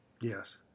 Yes